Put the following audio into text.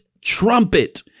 trumpet